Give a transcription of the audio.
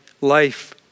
life